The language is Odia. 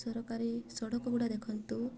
ସରକାରୀ ସଡ଼କଗୁଡ଼ା ଦେଖନ୍ତୁ